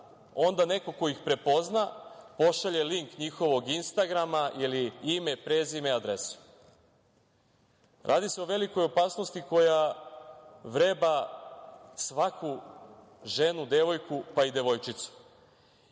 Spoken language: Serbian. onda neko ko ih prepozna pošalje link njihovog instagrama ili ime, prezime i adresu. Radi se o velikoj opasnosti koja vreba svaku ženu, devojku, pa i devojčicu. Ja